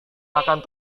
akan